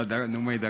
בנאומי דקה.